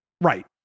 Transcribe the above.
Right